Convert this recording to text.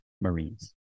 Marines